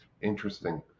interesting